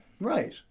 Right